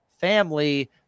family